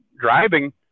driving